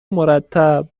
مرتب